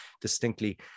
distinctly